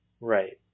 Right